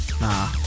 nah